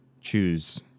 choose